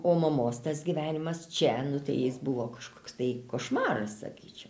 o mamos tas gyvenimas čia nu tai jis buvo kažkoks tai košmaras sakyčiau